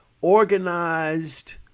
organized